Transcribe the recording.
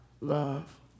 love